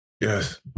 Yes